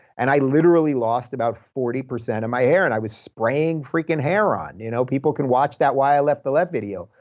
and i literally lost about forty percent of my hair, and i was spraying freaking hair on. you know people can watch that why i left the left video.